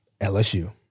LSU